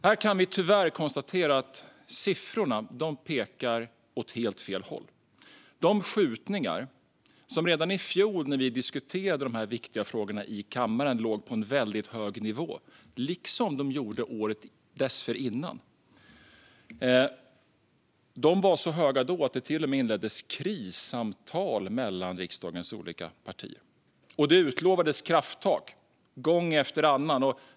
Här kan vi tyvärr konstatera att siffrorna pekar åt helt fel håll. Skjutningarna låg redan i fjol, när vi diskuterade dessa viktiga frågor i kammaren, på en väldigt hög nivå, liksom de gjorde året dessförinnan. De låg då på en så hög nivå att det till och med inleddes krissamtal mellan riksdagens olika partier, och det utlovades krafttag gång efter annan.